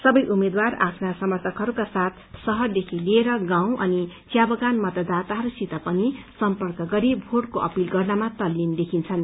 सवै उम्मेद्वार आफ्ना समर्थकहरूका साथ शहरदेखि लिएर गाँउ अनि चिया बगानमा मतदाताहरूसित पनि सम्पर्क गरी भोटको अपील गर्नमा तल्लीन देखिन्छन्